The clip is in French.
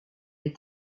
est